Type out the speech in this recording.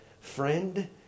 friend